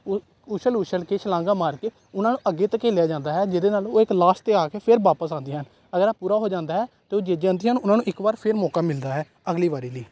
ਉ ਉਛਲ ਉਛਲ ਕੇ ਛਲਾਂਗਾ ਮਾਰ ਕੇ ਉਹਨਾਂ ਨੂੰ ਅੱਗੇ ਧਕੇਲਿਆ ਜਾਂਦਾ ਹੈ ਜਿਹਦੇ ਨਾਲ ਉਹ ਇੱਕ ਲਾਸਟ 'ਤੇ ਆ ਕੇ ਫਿਰ ਵਾਪਸ ਆਉਂਦੀਆਂ ਹਨ ਅਗਰ ਆ ਪੂਰਾ ਹੋ ਜਾਂਦਾ ਹੈ ਅਤੇ ਉਹ ਜਿੱਤ ਜਾਂਦੀਆਂ ਹਨ ਉਹਨਾਂ ਨੂੰ ਇੱਕ ਵਾਰ ਫਿਰ ਮੌਕਾ ਮਿਲਦਾ ਹੈ ਅਗਲੀ ਵਾਰੀ ਲਈ